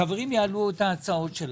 החברים יעלו הצעותיהם.